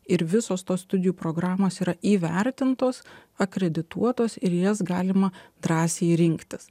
ir visos tos studijų programos yra įvertintos akredituotos ir jas galima drąsiai rinktis